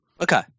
Okay